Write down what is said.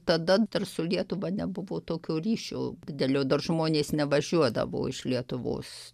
tada dar su lietuva nebuvo tokio ryšio didelio dar žmonės nevažiuodavo iš lietuvos